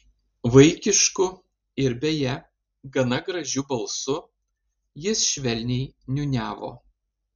vaikišku ir beje gana gražiu balsu jis švelniai niūniavo